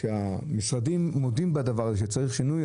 כשהמשרדים מודים בכך שצריך שינוי.